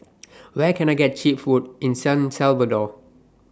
Where Can I get Cheap Food in San Salvador